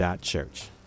Church